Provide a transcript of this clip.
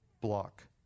block